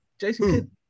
Jason